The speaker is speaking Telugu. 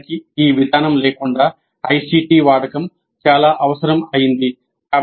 వాస్తవానికి ఈ విధానం లేకుండా ఐసిటి వాడకం చాలా అవసరం అయ్యింది